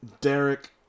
Derek